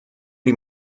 die